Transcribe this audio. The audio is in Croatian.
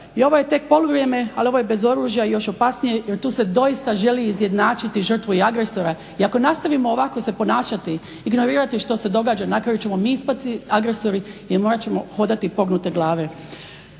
i ovo je tek poluvrijeme, ali ovo je bez oružja i još opasnije jer tu se doista želi izjednačiti žrtvu i agresora. I ako nastavimo ovako se ponašati, ignorirati što se događa na kraju ćemo mi ispasti agresori jer morat ćemo hodati pognute glave.